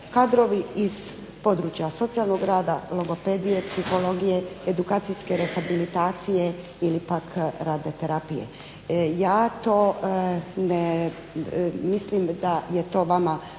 kadrovi iz područja socijalnog rada, logopedije, psihologije, edukacijske rehabilitacije ili pak radne terapije. Ja mislim da je to vama